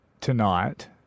tonight